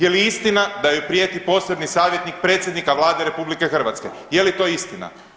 Je li istina da joj prijeti posebni savjetnik predsjednika Vlade RH, je li to istina?